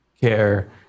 care